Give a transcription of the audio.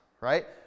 right